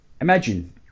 Imagine